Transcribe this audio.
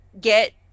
get